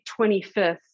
25th